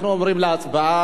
אנחנו עוברים להצבעה,